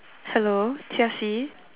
chelsie